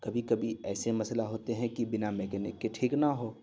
کبھی کبھی ایسے مسئلہ ہوتے ہیں کہ بنا میکینک کے ٹھیک نہ ہو